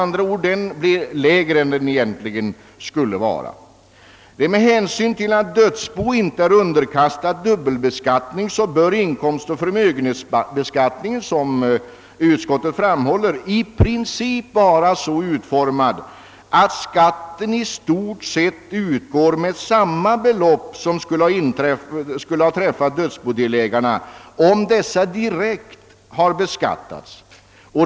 Med hänsyn till att dödsbon inte är underkastade dubbelbeskattning bör inkomstoch förmögenhetsbeskattningen, som utskottet framhåller, i princip vara så utformad att skatten i stort sett utgår med samma belopp som skulle ha träffat dödsbodelägarna därest dessa hade beskattats direkt.